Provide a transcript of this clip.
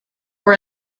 for